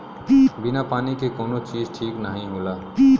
बिना पानी के कउनो चीज ठीक नाही होला